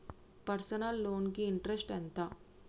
Personal loan కి interest ఎంత?